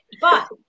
But-